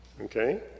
Okay